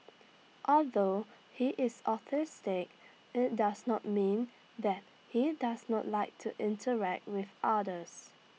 although he is autistic IT does not mean that he does not like to interact with others